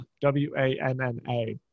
W-A-N-N-A